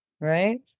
right